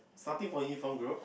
starting from uniform group